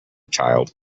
child